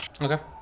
Okay